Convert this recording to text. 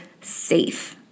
safe